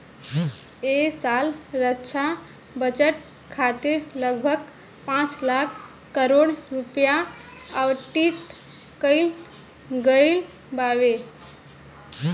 ऐ साल रक्षा बजट खातिर लगभग पाँच लाख करोड़ रुपिया आवंटित कईल गईल बावे